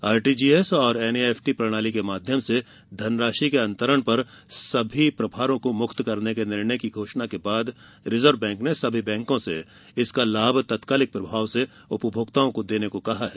RTGS और NEFT प्रणाली के माध्यरम से धनराशि के अंतरण पर सभी प्रभारों को मुक्त करने के निर्णय की घोषणा के बाद रिजर्व बैंक ने सभी बैंकों से इसका लाभ तत्कालिक प्रभाव से उपभोक्ताओं को देने को कहा है